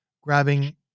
grabbing